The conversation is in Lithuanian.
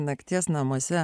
nakties namuose